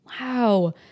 wow